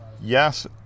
Yes